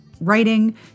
writing